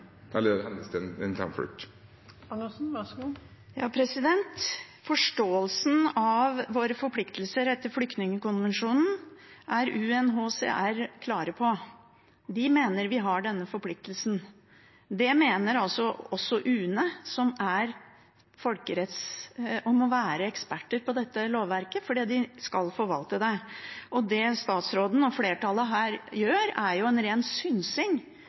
Forståelsen av våre forpliktelser etter flyktningkonvensjonen er UNHCR klare på. De mener vi har denne forpliktelsen. Det mener også UNE, som er og må være eksperter på dette lovverket fordi de skal forvalte det. Det statsråden og flertallet her gjør, er ren synsing